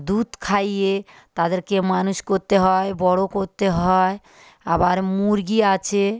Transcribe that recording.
দুধ খাইয়ে তাদেরকে মানুষ করতে হয় বড়ো করতে হয় আবার মুরগি আছে